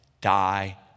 die